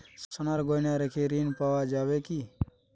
সোনার গহনা রেখে ঋণ পাওয়া যাবে কি?